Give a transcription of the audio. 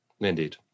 Indeed